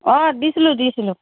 অ দিছিলোঁ দিছিলোঁ